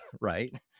Right